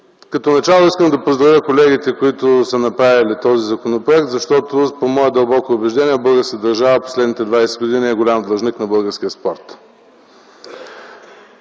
Като начало искам да поздравя колегите, които са направили този законопроект, защото по мое дълбоко убеждение българската държава през последните 20 години е голям длъжник на българския спорт.